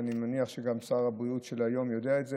ואני מניח שגם שר הבריאות של היום יודע את זה,